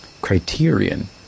criterion